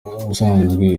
ubusanzwe